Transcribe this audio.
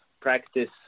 practice